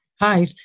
Hi